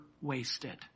wasted